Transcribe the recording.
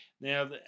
Now